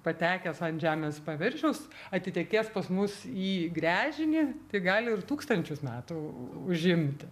patekęs ant žemės paviršiaus atitekės pas mus į gręžinį tai gali ir tūkstančius metų užimti